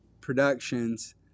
productions